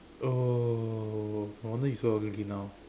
oh no wonder you so ugly now